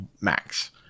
max